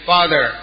Father